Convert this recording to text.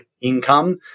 income